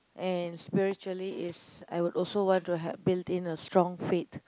and spiritually is I would also want to have build in a strong faith